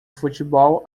futebol